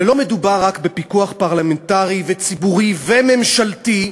ולא מדובר רק בפיקוח פרלמנטרי, ציבורי וממשלתי,